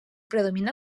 predomina